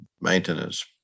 maintenance